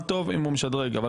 אם הוא משדרג, מה טוב.